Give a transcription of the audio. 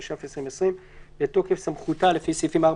התש"ף 2020 בתוקף סמכותה לפי סעיפים 4,